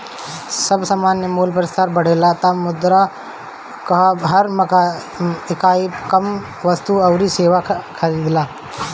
जब सामान्य मूल्य स्तर बढ़ेला तब मुद्रा कअ हर इकाई कम वस्तु अउरी सेवा खरीदेला